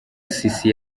sisi